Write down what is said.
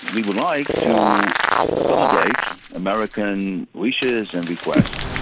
we would like to accommodate american wishes and requests.